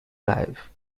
life